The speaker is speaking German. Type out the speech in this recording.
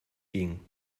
ging